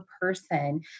person